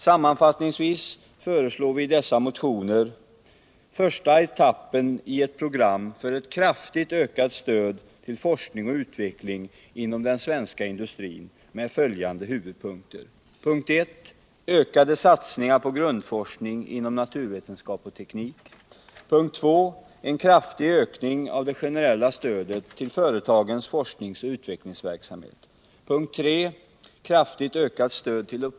Sammanfattningsvis föreslår vi i dessa motioner första etappen i ett program för ett kraftigt ökat stöd till forskning och utveckling inom den svenska industrin med följande huvudpunkter: 2. En kraftig ökning av det generella stödet till företagens forskningsoch utvecklingsverksamhet.